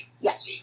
Yes